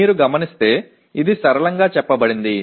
మీరు గమనిస్తే అది సరళంగా చెప్పబడింది